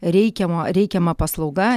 reikiamo reikiama paslauga